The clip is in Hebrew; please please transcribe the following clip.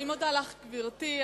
אני מודה לך, גברתי.